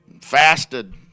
fasted